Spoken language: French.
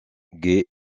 guy